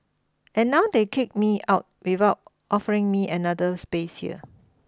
and now they kick me out without offering me another space here